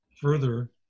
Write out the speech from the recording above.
Further